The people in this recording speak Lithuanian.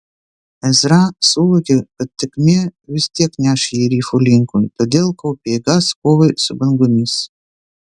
ezra suvokė kad tėkmė vis tiek neš jį rifų linkui todėl kaupė jėgas kovai su bangomis